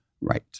Right